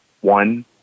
one